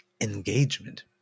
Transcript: Engagement